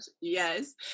yes